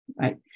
right